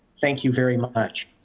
thank you very much.